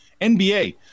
NBA